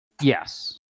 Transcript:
yes